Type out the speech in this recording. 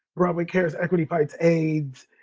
broadway cares, equity fights aids,